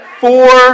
four